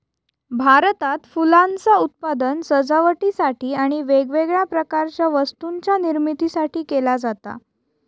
भारतात फुलांचा उत्पादन सजावटीसाठी आणि वेगवेगळ्या प्रकारच्या वस्तूंच्या निर्मितीसाठी केला जाता